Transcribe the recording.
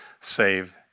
save